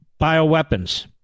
bioweapons